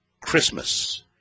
Christmas